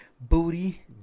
Booty